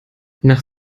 nach